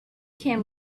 came